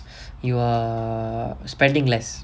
you are spending less